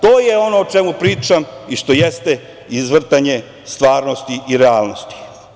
To je ono o čemu pričam i što jeste izvrtanje stvarnosti i realnosti.